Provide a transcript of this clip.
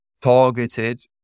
targeted